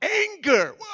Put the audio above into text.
anger